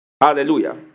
Hallelujah